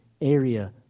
area